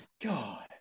God